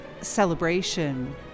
celebration